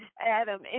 Adam